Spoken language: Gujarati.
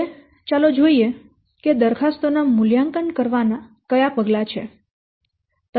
હવે ચાલો જોઈએ કે દરખાસ્તો ના મૂલ્યાંકન કરવાના કયા પગલાં છે